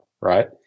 right